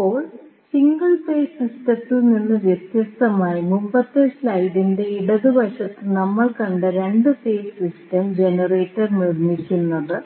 ഇപ്പോൾ single phase സിസ്റ്റത്തിൽ നിന്ന് വ്യത്യസ്തമായി മുമ്പത്തെ സ്ലൈഡിന്റെ ഇടതുവശത്ത് നമ്മൾ കണ്ട 2 ഫേസ് സിസ്റ്റം ജനറേറ്റർ നിർമ്മിക്കുന്നത്